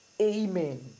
Amen